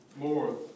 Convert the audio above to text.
more